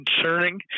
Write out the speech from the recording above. concerning